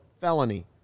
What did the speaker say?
Felony